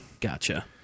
Gotcha